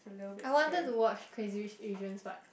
I wanted to watch Crazy-Rich-Asians but